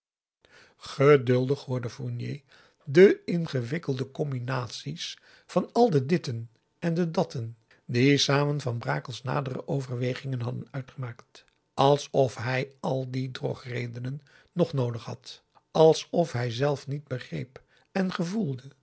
hoorde fournier de ingewikkelde combinaties van al de ditten en de datten die samen van brakels nadere overwegingen hadden uitgemaakt alsof hij al die drogredenen nog noodig had alsof hijzelf niet begreep en gevoelde